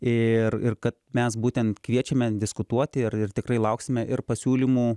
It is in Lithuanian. ir ir kad mes būtent kviečiame diskutuoti ir ir tikrai lauksime ir pasiūlymų